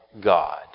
God